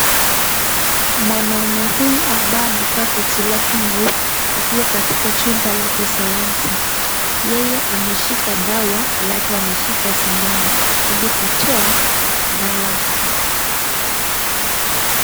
Mwanamume huyu ambaye amevaa koti lake nyeupe akiwa katika chumba la kisayansi. Yeye ameshika dawa alafu ameshika sindano ilikutoa dawa.